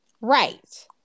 Right